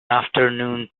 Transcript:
afternoon